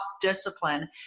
discipline